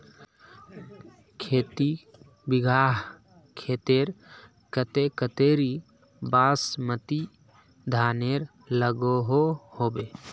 खेती बिगहा खेतेर केते कतेरी बासमती धानेर लागोहो होबे?